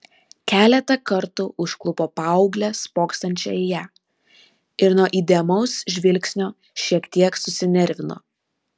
keletą kartų užklupo paauglę spoksančią į ją ir nuo įdėmaus žvilgsnio šiek tiek susinervino